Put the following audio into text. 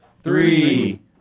three